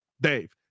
Dave